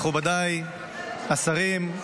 מכובדיי השרים,